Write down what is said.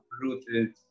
rooted